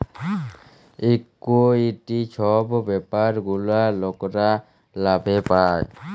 equity ছব ব্যাপার গুলা লকরা লাভে পায়